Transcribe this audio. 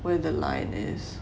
where the line is